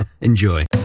enjoy